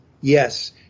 Yes